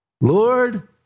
Lord